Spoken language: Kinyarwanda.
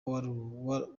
woroshya